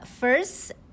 First